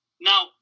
Now